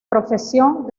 profesión